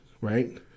Right